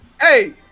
Hey